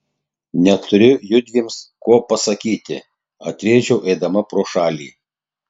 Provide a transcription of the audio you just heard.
neturiu judviem ko pasakyti atrėžiau eidama pro šalį